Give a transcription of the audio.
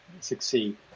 succeed